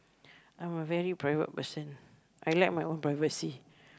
I'm a very private person I like my own privacy